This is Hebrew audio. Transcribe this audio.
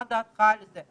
מה דעתך על זה?